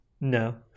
No